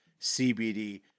CBD